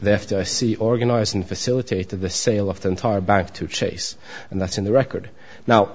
see organizing facilitated the sale of the entire bank to chase and that's in the record now